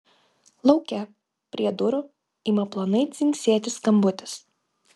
lauke prie durų ima plonai dzingsėti skambutis